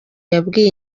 yabwiye